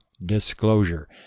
Disclosure